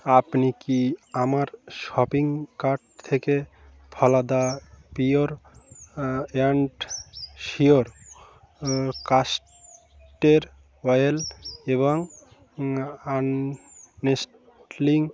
আপনি কি আমার শপিং কার্ট থেকে ফলাদা pure and sure castor oil এবং আননেস্টলিং